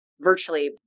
virtually